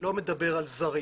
לא מדבר על זרים